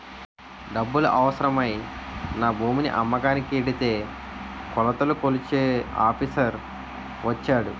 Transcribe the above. డబ్బులు అవసరమై నా భూమిని అమ్మకానికి ఎడితే కొలతలు కొలిచే ఆఫీసర్ వచ్చాడు